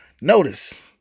Notice